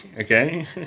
Okay